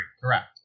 Correct